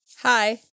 Hi